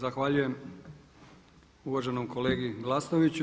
Zahvaljujem uvaženom kolegi Glasnoviću.